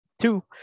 Two